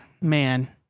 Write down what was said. man